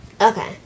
Okay